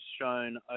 shown